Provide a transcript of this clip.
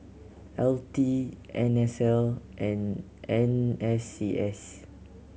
L T N S L and N S C S